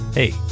Hey